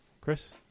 Chris